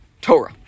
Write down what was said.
Torah